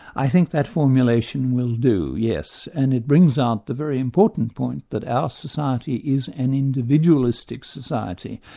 i think that formulation will do, yes. and it brings out the very important point that our society is an individualistic society,